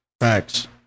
Facts